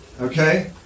okay